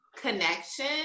connection